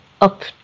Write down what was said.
up